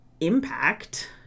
impact